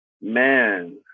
man